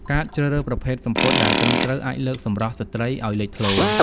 ការជ្រើសរើសប្រភេទសំពត់ដែលត្រឹមត្រូវអាចលើកសម្រស់ស្ត្រីអោយលេចធ្លោ។